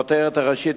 בכותרת הראשית,